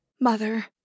mother